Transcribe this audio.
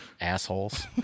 assholes